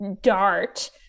dart